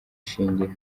ishingiro